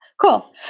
cool